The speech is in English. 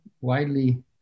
widely